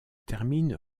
termine